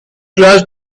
close